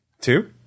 two